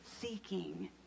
seeking